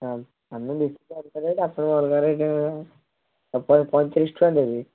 ହଉ ଆମେ ବିକିବା ଗୋଟେ ରେଟ୍ ଆପଣ ଅଲଗା ରେଟ୍ ପଇଁତିରିଶ ଟଙ୍କା ଦେବି